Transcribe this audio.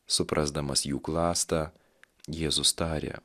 suprasdamas jų klastą jėzus tarė